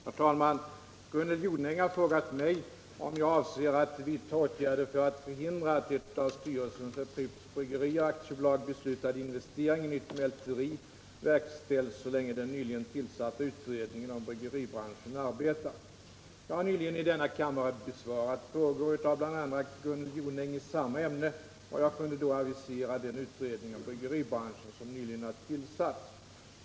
Herr talman! Gunnel Jonäng har frågat mig om jag avser vidta åtgärder för att förhindra att av styrelsen för Pripps Bryggerier AB beslutad investering i nytt mälteri verkställs så länge den nyligen tillsatta utredningen om bryggeribranschen arbetar. Jag har nyligen i denna kammare besvarat frågor av bl.a. Gunnel Jonäng i samma ämne, och jag kunde då avisera den utredning om bryggeribranschen som nyligen tillsatts.